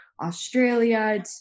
Australia